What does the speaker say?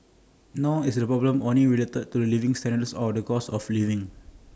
nor is the problem only related to living standards or the cost of living